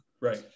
Right